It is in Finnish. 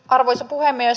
arvoisa puhemies